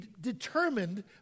determined